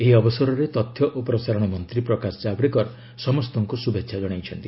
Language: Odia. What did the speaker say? ଏହି ଅବସରରେ ତଥ୍ୟ ଓ ପ୍ରସାରଣ ମନ୍ତ୍ରୀ ପ୍ରକାଶ ଜାଭଡେକର ସମସ୍ତଙ୍କୁ ଶୁଭେଚ୍ଛା କଣାଇଛନ୍ତି